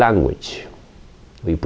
language we